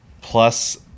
plus